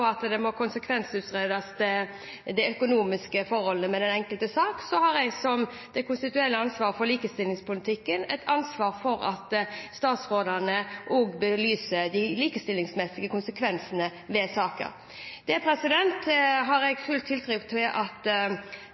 økonomiske forholdene i den enkelte sak må konsekvensutredes, har jeg som konstitusjonelt ansvarlig for likestillingspolitikken ansvar for at statsrådene også belyser de likestillingsmessige konsekvensene ved saker. Dette har jeg full tiltro til at